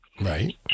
Right